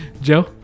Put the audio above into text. Joe